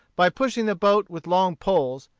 by pushing the boat with long poles,